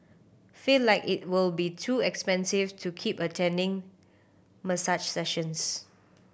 feel like it will be too expensive to keep attending massage sessions